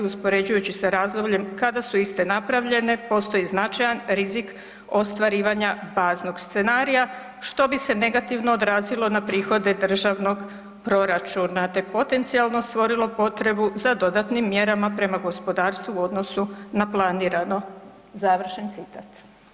Uspoređujući sa razdobljem kada su iste napravljene postoji značajan rizik ostvarivanja baznog scenarija što bi se negativno odrazilo na prihode državnog proračuna te potencijalno stvorilo potrebu za dodatnim mjerama prema gospodarstvu u odnosu na planirano.“ završen citat.